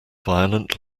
violent